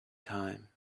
time